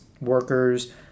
workers